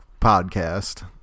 podcast